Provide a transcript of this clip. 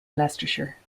leicestershire